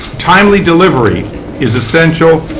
timely delivery is essential,